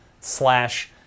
slash